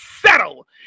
settle